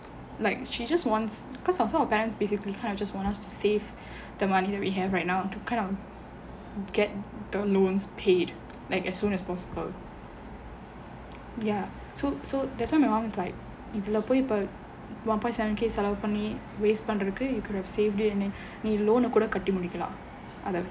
like she just wants because I think my parents basically kind of just want us to save the money that we have right now to kind of get the loans paid like as soon as possible ya too so that's why my mum is like இதுல போய்:idhula poyi one point seven K செலவு பண்ணி:selavu panni waste பண்றதுக்கு:pandrathukku you could have saved it then loan கூட கட்டி முடிக்கலாம் அதான்:kooda katti mudikalaam athaan